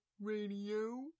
radio